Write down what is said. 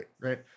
right